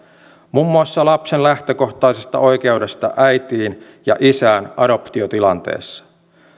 muun muassa lapsen lähtökohtaisesta oikeudesta äitiin ja isään adoptiotilanteessa